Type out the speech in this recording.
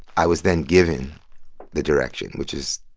i was then given the direction, which is,